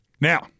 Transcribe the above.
Now